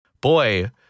boy